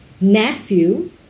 nephew